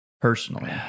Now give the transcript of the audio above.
personally